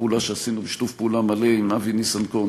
זו פעולה שעשינו בשיתוף פעולה מלא עם אבי ניסנקורן,